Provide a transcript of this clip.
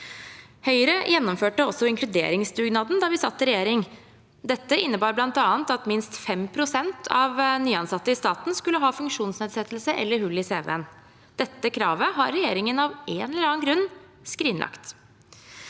Høyre gjennomførte også inkluderingsdugnaden da vi satt i regjering. Dette innebar bl.a. at minst 5 pst. av nyansatte i staten skulle ha funksjonsnedsettelse eller hull i cv-en. Dette kravet har regjeringen av en eller annen grunn skrinlagt.